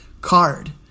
card